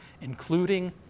including